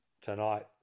tonight